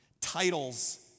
Titles